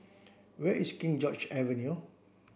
where is King George Avenue